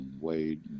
Wade